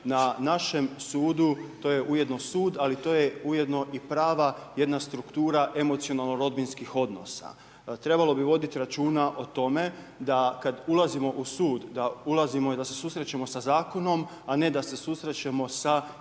na našem sudu, to je ujedno sud ali to je ujedno i prava jedna struktura emocionalno rodbinskih odnosa. Trebalo bi voditi računa o tome da kad ulazimo u sud da ulazimo i da se susrećemo sa zakonom a ne da se susrećemo